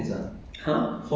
I'm performing it